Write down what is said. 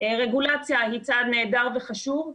רגולציה היא צעד נהדר וחשוב,